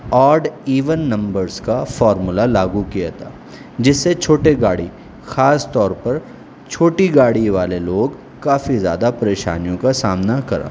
odd even numbers کا formula لاگو کیا تھا جس سے چھوٹے گاڑی خاص طور پر چھوٹی گاڑی والے لوگ کافی زیادہ پریشانیوں کا سامنا کرا